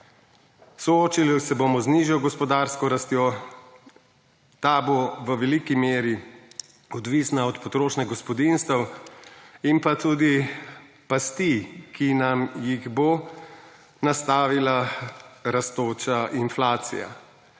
Soočili se bomo z nižjo gospodarsko rastjo. Ta bo v veliki meri odvisna od potrošnje gospodinjstev in pa tudi pasti, ki nam jih bo nastavila rastoča inflacija.